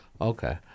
Okay